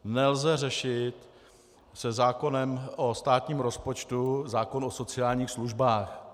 Nelze řešit se zákonem o státním rozpočtu zákon o sociálních službách.